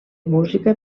música